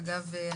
אגב,